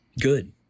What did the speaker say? Good